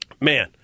Man